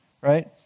right